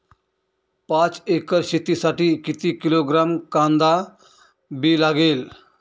पाच एकर शेतासाठी किती किलोग्रॅम कांदा बी लागेल?